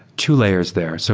two layers there. so